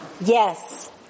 Yes